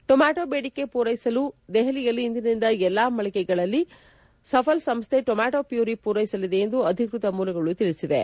tomato ಬೇಡಿಕೆ ಪೂರೈಸಲು ದೆಹಲಿಯಲ್ಲಿ ಇಂದಿನಿಂದ ಎಲ್ಲಾ ಮಳಿಗೆಗಳಲ್ಲಿ ಸಫಲ್ ಸಂಸ್ಥೆ ಟೊಮ್ಬಾಟೋ ಮ್ಬೂರಿ ಪೂರೈಸಲಿದೆ ಎಂದು ಅಧಿಕೃತ ಮೂಲಗಳು ತಿಳಿಸಿವೆ